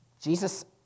Jesus